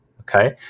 Okay